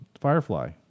Firefly